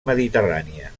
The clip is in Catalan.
mediterrània